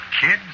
kids